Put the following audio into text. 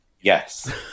Yes